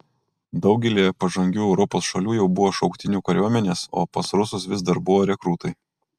daugelyje pažangių europos šalių jau buvo šauktinių kariuomenės o pas rusus vis dar buvo rekrūtai